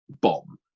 bomb